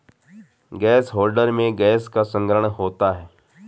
gas holder में gas का संग्रहण होता है